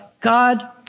God